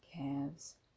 calves